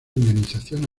indemnización